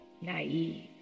naive